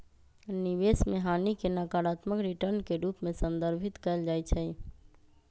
निवेश में हानि के नकारात्मक रिटर्न के रूप में संदर्भित कएल जाइ छइ